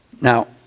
Now